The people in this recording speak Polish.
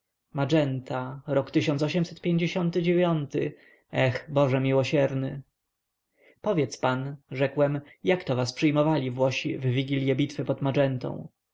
magenta rok eh boże miłosierny powiedz pan rzekłem jakto was przyjmowali włosi w wigilią bitwy pod magentą